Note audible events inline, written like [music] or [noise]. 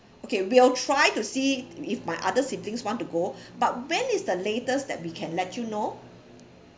okay we'll try to see if my other siblings want to go [breath] but when is the latest that we can let you know